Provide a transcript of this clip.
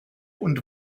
und